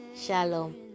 shalom